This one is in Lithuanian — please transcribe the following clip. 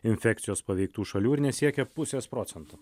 infekcijos paveiktų šalių ir nesiekia pusės procento